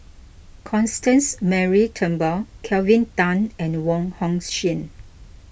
Constance Mary Turnbull Kelvin Tan and Wong Hong Suen